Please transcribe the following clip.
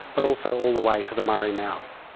but also all the way to the murray mouth.